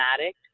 addict